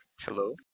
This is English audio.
Hello